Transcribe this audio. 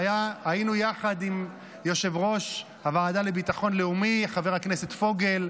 והיינו יחד עם יושב-ראש הוועדה לביטחון לאומי חבר הכנסת פוגל,